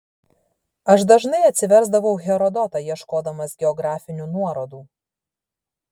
aš dažnai atsiversdavau herodotą ieškodamas geografinių nuorodų